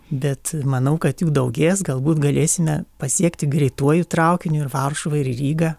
bet manau kad jų daugės galbūt galėsime pasiekti greituoju traukiniu ir varšuvą ir rygą